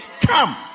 Come